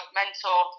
mentor